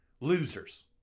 losers